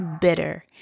bitter